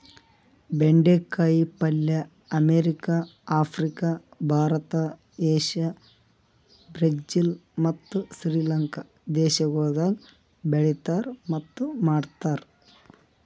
ಬೆಂಡೆ ಕಾಯಿ ಪಲ್ಯ America, Africa, Bharat, Asia, Brazil ಮತ್ತ್ ಶ್ರೀ ಲಂಕಾ ದೇಶಗೊಳ್ದಾಗ್ ಬೆಳೆತಾರ್ ಮತ್ತ್ ಮಾಡ್ತಾರ್